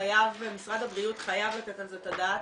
משרד הבריאות חייב לתת על זה את הדעת.